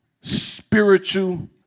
spiritual